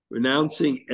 Renouncing